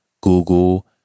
Google